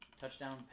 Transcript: Touchdown